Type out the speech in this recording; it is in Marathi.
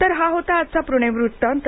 तर हा होता आजचा पूणे वृत्तांत